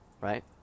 right